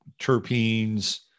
terpenes